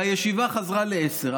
והישיבה חזרה ל-10:00.